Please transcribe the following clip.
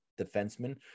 defenseman